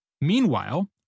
Meanwhile